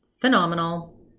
phenomenal